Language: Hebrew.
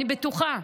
אני בטוחה,